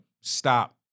stop